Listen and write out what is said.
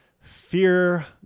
Fear